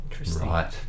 Right